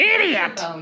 idiot